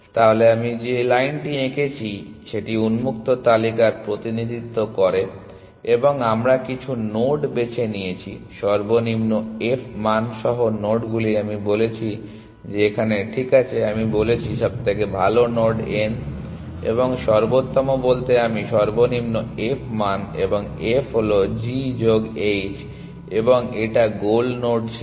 তাহলে আমি যে লাইনটি এঁকেছি সেটি উন্মুক্ত তালিকার প্রতিনিধিত্ব করে এবং আমরা কিছু নোড বেছে নিয়েছি সর্বনিম্ন f মান সহ নোডগুলি আমি বলেছি যে এখানে ঠিক আছে আমি বলেছি সবথেকে ভালো নোড n এবং সর্বোত্তম বলতে আমি সর্বনিম্ন f মান এবং f হল g যোগ h এবং এটা গোল নোড ছিল না